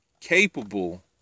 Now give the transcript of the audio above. capable